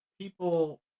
people